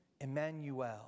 Emmanuel